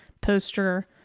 poster